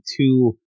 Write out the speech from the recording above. two